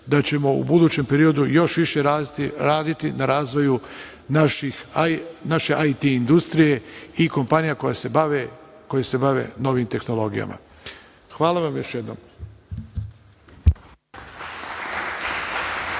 da ćemo u budućem periodu još više raditi na razvoju naše IT industrije i kompanija koje se bave novim tehnologijama. Hvala još jednom.